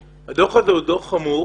הדוח הזה הוא דוח חמור